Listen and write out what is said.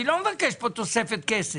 אני לא מבקש פה תוספת כסף.